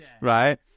right